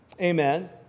amen